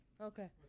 okay